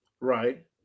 Right